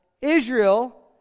Israel